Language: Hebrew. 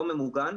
לא ממוגן.